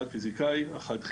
אחד פיסיקאי, אחד כימאי,